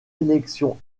élection